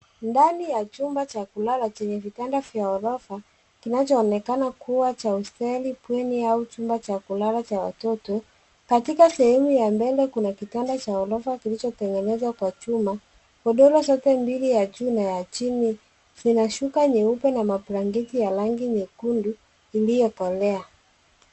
Ndani ya chumba cha kulala chenye vitanda vya ghorofa, kinachonekana kuwa cha hosteli, bweni, au chumba cha kulala cha watoto. Katika sehemu ya mbele kuna chumba cha ghorofa kilichotengenezwa cha chuma, godoro zote mbili ya juu, na ya chini zina shuka nyeupe na mablanketi ya rangi nyekundu, ilokolea.